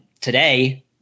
today